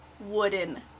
wooden